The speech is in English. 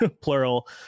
plural